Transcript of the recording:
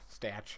Statch